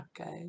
okay